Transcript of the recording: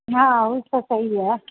हा उहो त सही आहे